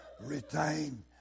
retain